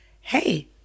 hey